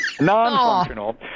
non-functional